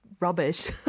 rubbish